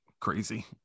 crazy